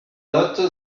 nôtes